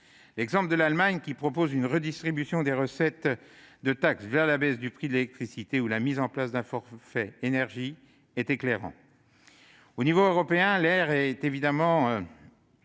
L'exemple de l'Allemagne, qui propose une redistribution des recettes de la taxe la baisse du prix de l'électricité ou la mise en place d'un forfait énergie, est éclairant. À l'échelon européen, l'heure est évidemment